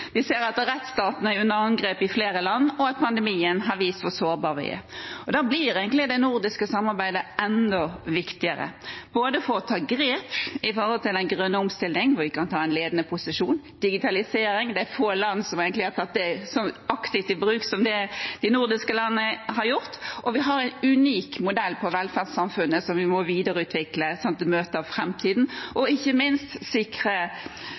Vi ser at rettsstaten er under angrep i flere land, og at pandemien har vist hvor sårbare vi er. Da blir egentlig det nordiske samarbeidet enda viktigere, både for å ta grep om den grønne omstillingen, hvor vi kan ta en ledende posisjon, og digitalisering – det er få land som har tatt det så aktivt i bruk som de nordiske landene har gjort. Og vi har en unik modell på velferdssamfunnet som vi må videreutvikle slik at det møter framtiden, og ikke minst sikre